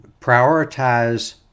prioritize